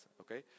okay